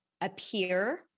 appear